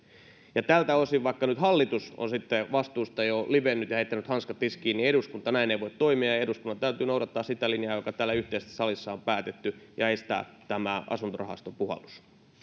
ja tältä osin vaikka nyt hallitus on sitten vastuusta jo livennyt ja heittänyt hanskat tiskiin niin eduskunta ei näin voi toimia ja ja eduskunnan täytyy noudattaa sitä linjaa joka täällä yhteisesti salissa on päätetty ja estää tämä asuntorahaston puhallus